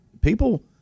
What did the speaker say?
people –